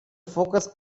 focus